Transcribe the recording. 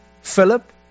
Philip